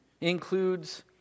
Includes